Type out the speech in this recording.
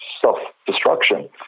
self-destruction